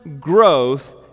growth